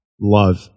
love